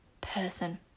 person